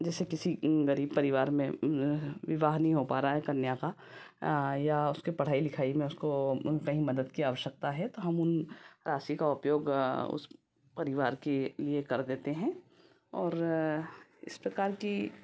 जैसे किसी गरीब परिवार में ब्याह नहीं हो पा रहा है कन्या का या उसकी पढ़ाई लिखाई में उसको कहीं मदद की आवश्यकता है तो हम राशि का उपयोग उस परिवार के लिए कर देते हैं और इस प्रकार की